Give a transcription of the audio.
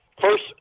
First